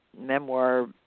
memoir